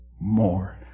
more